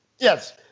Yes